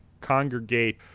congregate